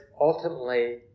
ultimately